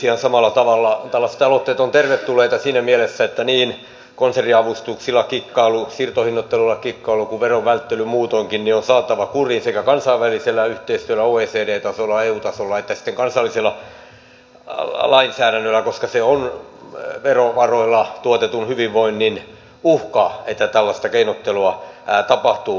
ihan samalla tavalla tällaiset aloitteet ovat tervetulleita siinä mielessä että niin konserniavustuksilla kikkailu siirtohinnoittelulla kikkailu kuin veron välttely muutoinkin on saatava kuriin sekä kansainvälisellä yhteistyöllä oecd tasolla eu tasolla että sitten kansallisella lainsäädännöllä koska se on verovaroilla tuotetun hyvinvoinnin uhka että tällaista keinottelua tapahtuu